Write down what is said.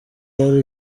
yari